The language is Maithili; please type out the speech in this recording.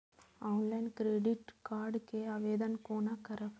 ऑनलाईन क्रेडिट कार्ड के आवेदन कोना करब?